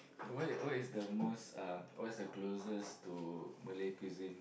what what is the most uh what's the closest to Malay cuisine